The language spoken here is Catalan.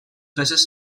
peces